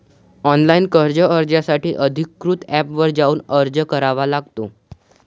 online कर्ज अर्जासाठी अधिकृत एपवर जाऊन अर्ज करावा लागतो